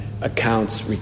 accounts